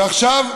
ועכשיו,